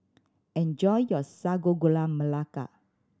enjoy your Sago Gula Melaka